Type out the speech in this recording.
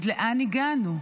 אז לאן הגענו?